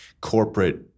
corporate